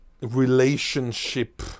relationship